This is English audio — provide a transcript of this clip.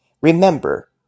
Remember